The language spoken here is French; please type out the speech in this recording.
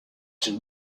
une